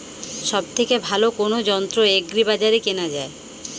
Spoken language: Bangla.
সব থেকে ভালো কোনো যন্ত্র এগ্রি বাজারে কেনা যায়?